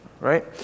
right